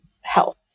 health